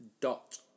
dot